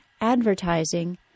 advertising